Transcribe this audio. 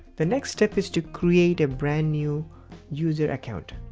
the next step is to create a brand new user account.